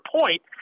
point